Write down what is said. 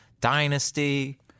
Dynasty